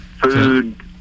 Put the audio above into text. Food